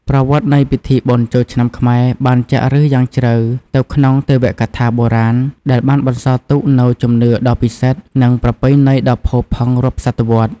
ប្រវត្តិនៃពិធីបុណ្យចូលឆ្នាំខ្មែរបានចាក់ឫសយ៉ាងជ្រៅទៅក្នុងទេវកថាបុរាណ ដែលបានបន្សល់ទុកនូវជំនឿដ៏ពិសិដ្ឋ និងប្រពៃណីដ៏ផូរផង់រាប់សតវត្សរ៍។